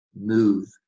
move